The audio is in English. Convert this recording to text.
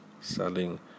selling